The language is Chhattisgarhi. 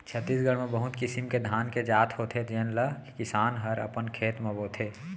छत्तीसगढ़ म बहुत किसिम के धान के जात होथे जेन ल किसान हर अपन खेत म बोथे